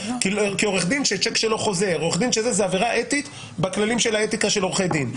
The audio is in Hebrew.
עורך דין שצ'ק שלו חוזר זו עבירה אתית בכללים של האתיקה של עורכי דין.